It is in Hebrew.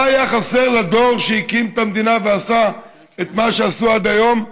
מה היה חסר לדור שהקים את המדינה ועשה את מה שעשו עד היום,